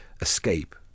escape